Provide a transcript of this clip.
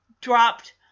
dropped